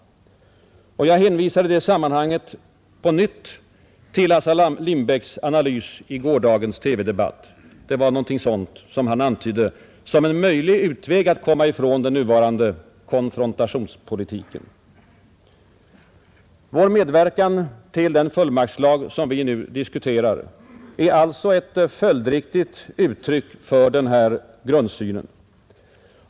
Jag hänvisar i det sammanhanget på nytt till Assar Lindbecks analys i gårdagens TV-debatt — det var någonting sådant han antydde som en möjlig utväg att komma ifrån den nuvarande ”konfrontationspolitiken”. Vår medverkan till den fullmaktslag som vi nu diskuterar är alltså ett följdriktigt uttryck för en grundsyn.